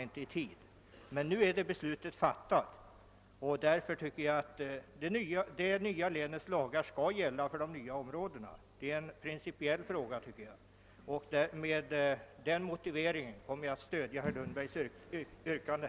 Nu är beslutet fattat, och därför bör det nya länets lagar gälla för de nytillkomna områdena. Det är som sagt en principiell fråga. Med den motiveringen kommer jag att stödja herr Lundbergs yrkande.